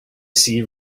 see